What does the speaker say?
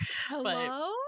hello